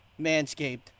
Manscaped